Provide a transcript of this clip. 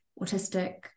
autistic